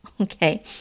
Okay